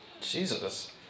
Jesus